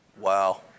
Wow